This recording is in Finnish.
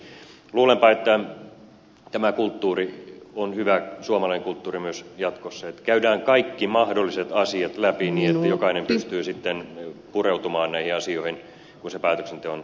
luulenpa että tämä suomalainen kulttuuri on hyvä myös jatkossa että käydään kaikki mahdolliset asiat läpi niin että jokainen pystyy sitten pureutumaan näihin asioihin kun päätöksenteon hetki tulee